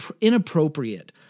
inappropriate